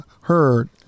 heard